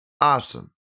Awesome